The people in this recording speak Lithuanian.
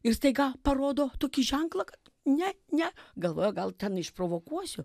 ir staiga parodo tokį ženklą kad ne ne galvoju gal ten išprovokuosiu